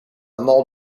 mort